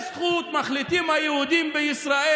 חבר הכנסת יואב סגלוביץ' מתמנה על ידי השר לביטחון הפנים,